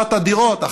אחת הדירות,